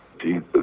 Jesus